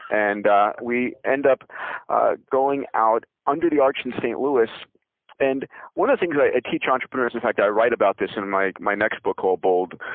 and we end up going out under the arch in st. louis and one of the things i teach entrepreneurs in fact, i write about this in my my next book called bold,